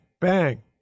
bang